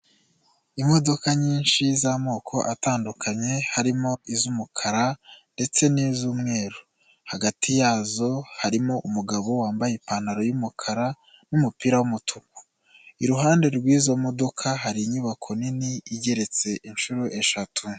Imodoka nyinshi z'amoko atandukanye, harimo iz'umukara ndetse n'iz'umweru, hagati yazo harimo umugabo wambaye ipantaro y'umukara n'umupira w'umutuku, iruhande rw'izo modoka hari inyubako nini igeretse inshuro eshatu.